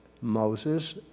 Moses